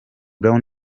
brown